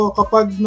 kapag